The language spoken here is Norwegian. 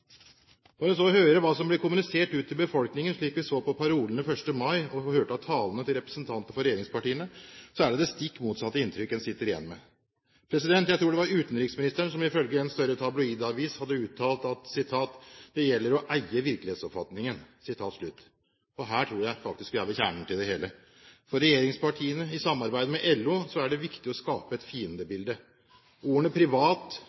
Når man så hører hva som blir kommunisert ut til befolkningen, slik vi så på parolene 1. mai og hørte av talene til representanter for regjeringspartiene, er det et stikk motsatt inntrykk en sitter igjen med. Jeg tror det var utenriksministeren som ifølge en større tabloidavis uttalte at det gjelder å eie virkelighetsoppfatningen. Og her tror jeg vi er ved kjernen i det hele. For regjeringspartiene i samarbeid med LO er det viktig å skape et fiendebilde. Ordene